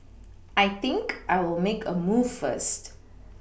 I think I'll make a move first